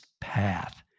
path